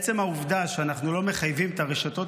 עצם העובדה שאנחנו לא מחייבים את הרשתות